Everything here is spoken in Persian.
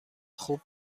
خوب